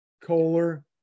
Kohler